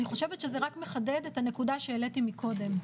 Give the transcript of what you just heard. אני חושבת שזה רק מחדד את הנקודה שהעליתי מקודם.